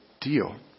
deal